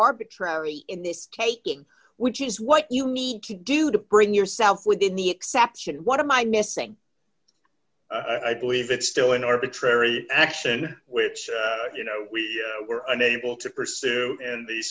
arbitrary in this taking which is what you need to do to bring yourself within the exception of one of my missing i believe it's still an arbitrary action which you know we were unable to pursue and the